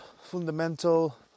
fundamental